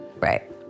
Right